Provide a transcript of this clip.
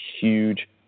huge